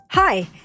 Hi